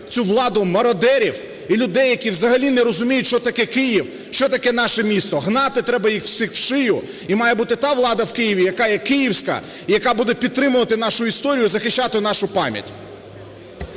цю владу мародерів і людей, які взагалі не розуміють, що таке Київ, що таке наше місто. Гнати треба їх всіх в шию і має бути та влада в Києві, яка є київська і яка буде підтримувати нашу історію, захищати нашу пам'ять.